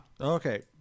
Okay